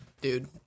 Dude